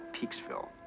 Peaksville